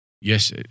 yes